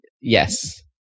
yes